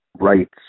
rights